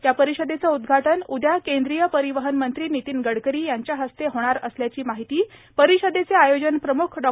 या परिषदेचे उद्घाटन उद्या केंद्रीय परिवहन मंत्री नितीन गडकरी यांच्या हस्ते होणार असल्याची माहिती परिषदेचे आयोजन प्रम्ख डॉ